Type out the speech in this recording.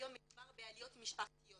היום מדובר בעליות משפחתיות